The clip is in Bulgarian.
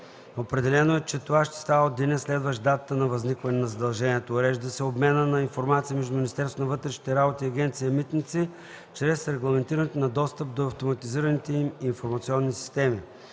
Определено е, че това ще става от деня, следващ датата на възникване на задължението; - урежда се обменът на информация между Министерството на вътрешните работи и Агенция „Митници" чрез регламентирането на достъп до автоматизираните им информационни системи;